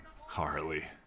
Harley